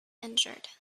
injured